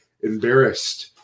embarrassed